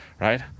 right